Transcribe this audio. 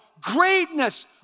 greatness